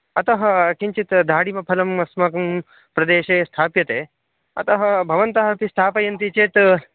अतः किञ्चित् दाडिमफलम् अस्माकं प्रदेशे स्थाप्यते अतः भवन्तः अपि स्थापयन्ति चेत्